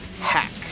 hack